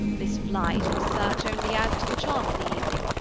this flight and search only adds to the charm of the evening.